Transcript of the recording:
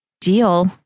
Deal